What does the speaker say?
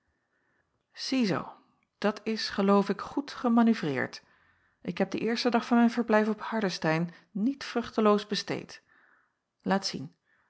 ziezoo dat is geloof ik goed gemanoeuvreerd en ik heb den eersten dag van mijn verblijf op hardestein niet vruchteloos besteed laat zien